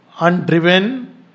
Undriven